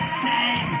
save